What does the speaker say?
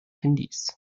handys